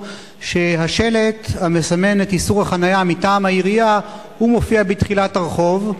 שהשלט המסמן את איסור החנייה מטעם העירייה מופיע בתחילת הרחוב,